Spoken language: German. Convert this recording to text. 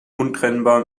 untrennbar